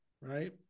right